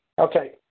Okay